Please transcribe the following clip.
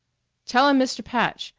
tell him mr. patch.